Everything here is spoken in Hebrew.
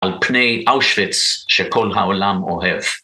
על פני אושוויץ שכל העולם אוהב.